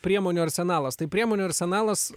priemonių arsenalas tai priemonių arsenalas